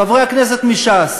חברי הכנסת מש"ס,